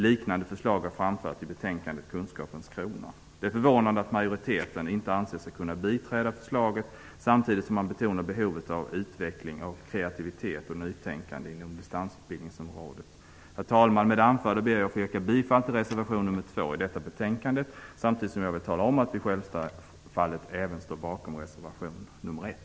Liknande förslag har framförts i betänkandet Det är förvånande att majoriteten inte anser sig kunna biträda förslaget när man samtidigt betonar behovet av utveckling av kreativitet och nytänkande inom distansutbildningsområdet. Herr talman! Med det anförda ber jag att få yrka bifall till reservation nr 2 i detta betänkande. Självfallet står jag även bakom reservation nr 1.